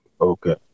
Okay